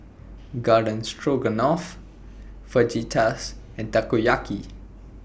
Garden Stroganoff Fajitas and Takoyaki